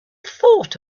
thought